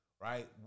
Right